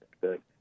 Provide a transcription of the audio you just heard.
Good